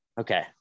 Okay